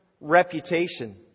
reputation